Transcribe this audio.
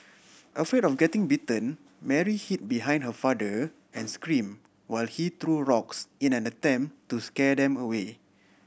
afraid of getting bitten Mary hid behind her father and scream while he threw rocks in an attempt to scare them away